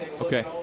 Okay